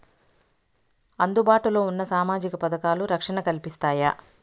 అందుబాటు లో ఉన్న సామాజిక పథకాలు, రక్షణ కల్పిస్తాయా?